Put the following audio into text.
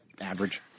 average